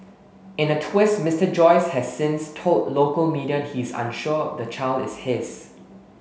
in a twist Mister Joyce has since told local media he is unsure the child is his